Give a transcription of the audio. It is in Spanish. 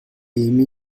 emmy